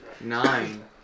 Nine